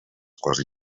quasi